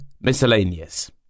Miscellaneous